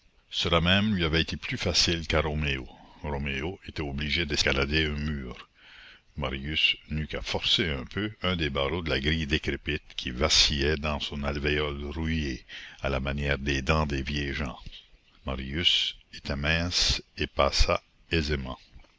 cela même lui avait été plus facile qu'à roméo roméo était obligé d'escalader un mur marius n'eut qu'à forcer un peu un des barreaux de la grille décrépite qui vacillait dans son alvéole rouillé à la manière des dents des vieilles gens marius était mince et passa aisément